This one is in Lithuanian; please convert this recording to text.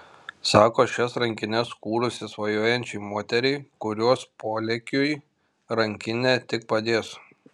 sako šias rankines kūrusi svajojančiai moteriai kurios polėkiui rankinė tik padės